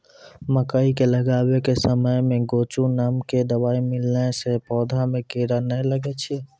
मकई के लगाबै के समय मे गोचु नाम के दवाई मिलैला से पौधा मे कीड़ा नैय लागै छै?